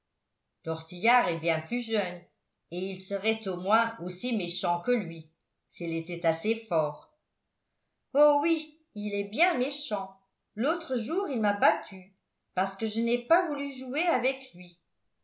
tortillard est bien plus jeune et il serait au moins aussi méchant que lui s'il était assez fort oh oui il est bien méchant l'autre jour il m'a battue parce que je n'ai pas voulu jouer avec lui